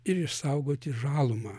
ir išsaugoti žalumą